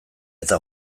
eta